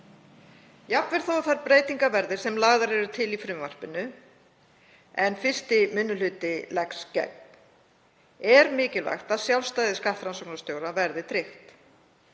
Jafnvel þó að þær breytingar verði sem lagðar eru til í frumvarpinu en 1. minni hluti leggst gegn er mikilvægt að sjálfstæði skattrannsóknarstjóra verði tryggt.